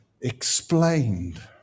explained